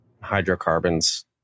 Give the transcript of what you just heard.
Hydrocarbons